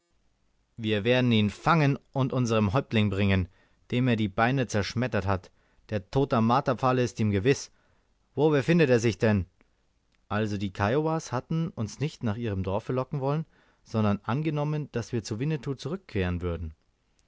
wir werden ihn fangen und unserm häuptling bringen dem er die beine zerschmettert hat der tod am marterpfahle ist ihm gewiß wo befindet er sich denn also die kiowas hatten uns nicht nach ihrem dorfe locken wollen sondern angenommen daß wir zu winnetou zurückkehren würden